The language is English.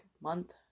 month